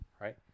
Right